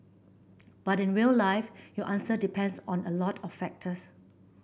but in real life your answer depends on a lot of factors